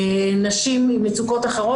לנשים עם מצוקות אחרות,